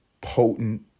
potent